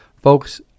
Folks